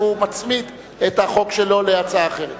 שמצמיד את החוק שלו להצעה אחרת.